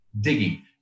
digging